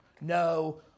No